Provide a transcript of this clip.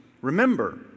remember